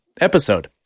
episode